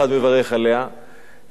כתבתי שאני נגד.